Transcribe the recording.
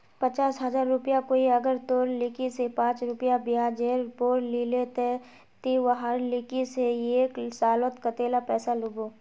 पचास हजार रुपया कोई अगर तोर लिकी से पाँच रुपया ब्याजेर पोर लीले ते ती वहार लिकी से एक सालोत कतेला पैसा लुबो?